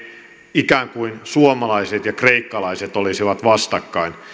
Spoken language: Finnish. ikään kuin suomalaiset ja kreikkalaiset olisivat vastakkain